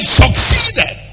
succeeded